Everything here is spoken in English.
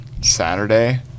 Saturday